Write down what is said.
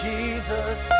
Jesus